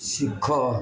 ଶିଖ